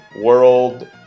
World